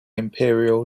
imperial